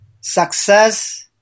success